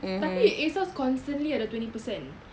tapi ASOS constantly ada twenty per cent